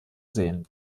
sehen